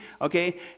Okay